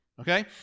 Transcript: okay